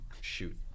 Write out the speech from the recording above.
Shoot